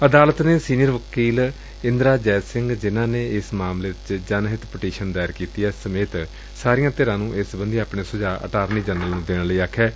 ਅਦਾਲਤ ਨੇ ਸੀਨੀਅਰ ਵਕੀਲ ਇੰਦਰਾ ਜੈ ਸਿੰਘ ਜਿਨ੍ਹਾਂ ਨੇ ਇਸ ਮਾਮਲੇ ਚ ਜਨਹਿਤ ਪਟੀਸ਼ਨ ਦਾਇਰ ਕੀਤੀ ਏ ਸਮੇਤ ਸਾਰੀਆਂ ਧਿਰਾਂ ਨੂੰ ਇਸ ਸਬੰਧੀ ਆਪਣੇਂ ਸੁਝਾਅ ਅਟਾਰਨੀ ਜਨਰਲ ਨੂੰ ਦੇਣ ਲਈ ਕਿਹੈ